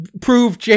prove